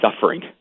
suffering